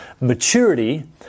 maturity